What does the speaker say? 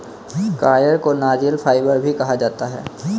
coir को नारियल fibre भी कहा जाता है